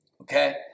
okay